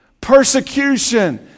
persecution